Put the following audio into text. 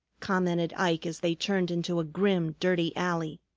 commented ike as they turned into a grim, dirty alley.